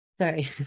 sorry